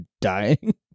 dying